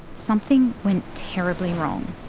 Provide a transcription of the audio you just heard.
something went terribly wrong.